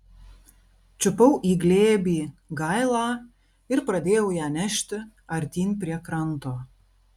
čiupau į glėbį gailą ir pradėjau ją nešti artyn prie kranto